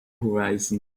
horizon